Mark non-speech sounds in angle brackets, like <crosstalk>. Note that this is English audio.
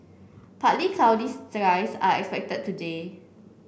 partly <unintelligible> skies are expected today